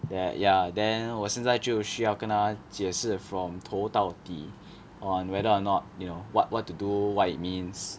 that ya then 我现在就需要跟他解释 from 头到底 on whether or not you know what what to do what it means